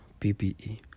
PPE